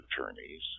attorneys